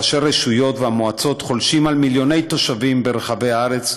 ראשי הרשויות והמועצות חולשים על מיליוני תושבים ברחבי הארץ,